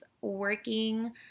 working